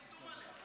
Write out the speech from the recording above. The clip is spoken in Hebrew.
אני חתום עליה.